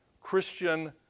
Christian